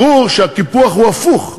ברור שהקיפוח הוא הפוך,